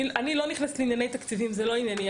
אני לא נכנסת לענייני תקציבים, זה לא ענייני.